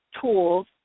tools